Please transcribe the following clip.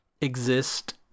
exist